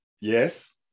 Yes